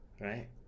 right